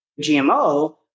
GMO